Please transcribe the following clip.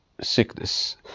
sickness